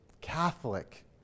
Catholic